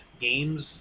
games